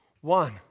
one